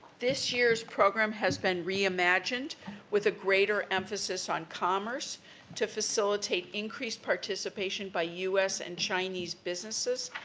this year's program has been re-imagined with a greater emphasis on commerce to facilitate increased participation by u s. and chinese businesses,